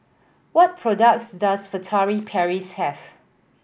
what products does Furtere Paris have